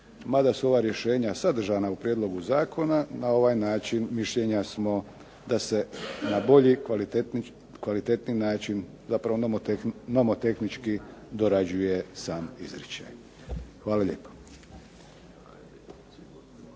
Mada su ova rješenja sadržana u prijedlogu zakona na ovaj način mišljenja smo da se na bolji i kvalitetniji način zapravo nomotehnički dorađuje sam izričaj. Hvala lijepo.